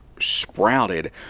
sprouted